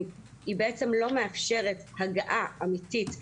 היא בעצם לא מאפשרת הגעה אמיתית לילדים.